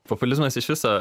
populizmas iš viso